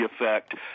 Effect